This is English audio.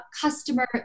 customer